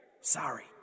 Sorry